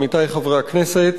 עמיתי חברי הכנסת,